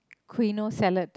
quinoa salad